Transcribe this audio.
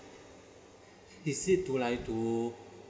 is it to like to